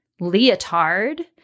leotard